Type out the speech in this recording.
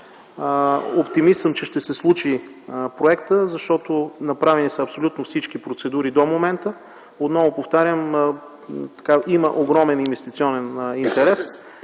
Оптимист съм, че ще се случи проектът, защото са направени абсолютно всички процедури до момента. Отново повтарям, че има огромен инвестиционен интерес.